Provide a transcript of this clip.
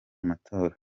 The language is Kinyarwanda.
amatora